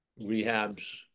Rehabs